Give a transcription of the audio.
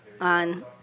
on